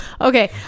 Okay